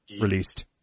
released